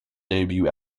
debut